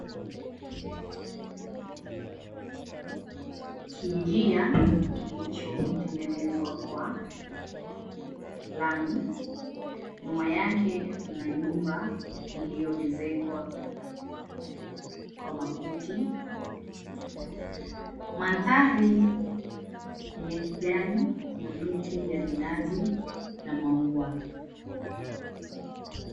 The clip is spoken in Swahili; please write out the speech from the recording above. Kinjia kilichotengenezwa kwa lami. Nyuma yake mna nyumba iliyoezekwa kwa makuti. Mandhari ni ya kijani, kuna miti ya minazi na maua.